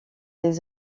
les